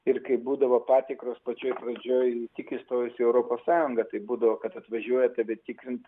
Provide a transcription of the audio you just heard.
ir kai būdavo patikros pačioj pradžioj ti įstojus į europos sąjungą taip būdavo kad atvažiuoja tave tikrint